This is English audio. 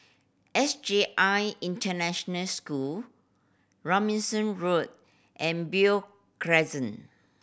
S J I International School Robinson Road and Beo Crescent